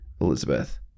Elizabeth